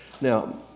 Now